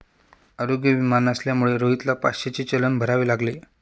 आरोग्य विमा नसल्यामुळे रोहितला पाचशेचे चलन भरावे लागले